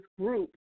group